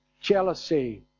jealousy